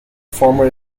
former